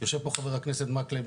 יושב פה חבר הכנסת מקלב,